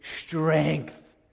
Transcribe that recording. strength